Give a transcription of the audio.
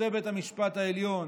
שופטי בית המשפט העליון,